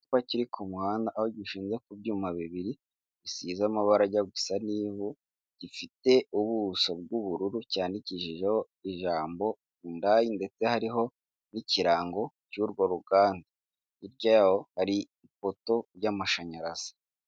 Icyapa kiri ku muhanda, aho gishinze ku byuma bibiri. Gisize amabara ajya gusa n’ivu gifite ubuso bw'ubururu, cyandikishijeho ijambo Hundayi. Ndetse hariho n'ikirango cy'urwo ruganda, hirya yaho hari ipoto y'amashanyarazi.